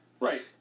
Right